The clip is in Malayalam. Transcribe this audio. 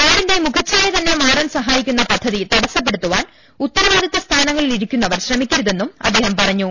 നാടിന്റെ മുഖഛായ തന്നെ മാറ്റാൻ സഹായിക്കുന്ന പദ്ധതി തടസ്സപ്പെടുത്താൻ ഉത്തര വാദിത്ത സ്ഥാനങ്ങളിൽ ഇരിക്കുന്നവർ ശ്രമിക്കരുതെന്നും അദ്ദേഹം പറഞ്ഞു